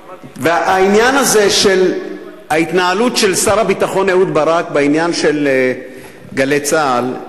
העניין הזה של ההתנהלות של שר הביטחון אהוד ברק בעניין "גלי צה"ל"